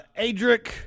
Adric